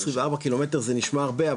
24 קילומטר זה נשמע הרבה,